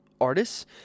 artists